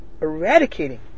eradicating